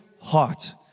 heart